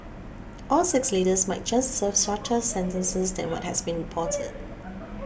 all six leaders might just serve shorter sentences than what has been reported